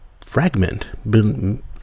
fragment